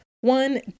One